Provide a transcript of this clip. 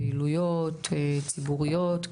פעילויות ציבוריות,